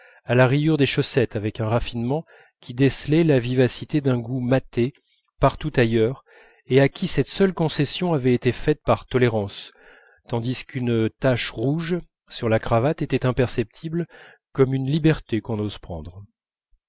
à la rayure des chaussettes avec un raffinement qui décelait la vivacité d'un goût maté partout ailleurs et à qui cette seule concession avait été faite par tolérance tandis qu'une tache rouge sur la cravate était imperceptible comme une liberté qu'on n'ose prendre